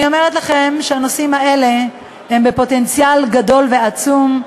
אני אומרת לכם שהנושאים האלה הם בפוטנציאל גדול ועצום,